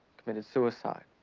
committed suicide.